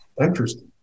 Interesting